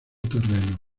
terreno